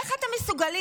איך אתם מסוגלים,